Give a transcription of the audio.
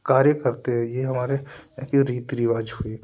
कार्य करते हैं ये हमारे के रीति रिवाज हुई